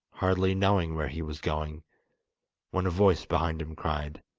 hardly knowing where he was going when a voice behind him cried